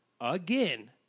again